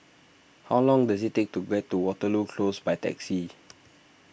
how long does it take to get to Waterloo Close by taxi